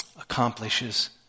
accomplishes